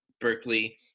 Berkeley